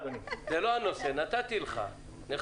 לא הנושא, אבל אפשרתי לך.